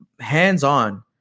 hands-on